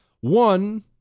One